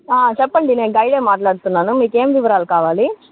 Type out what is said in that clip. చెప్పండి నేను గైడే మాట్లాడుతున్నాను మీకేం వివరాలు కావాలి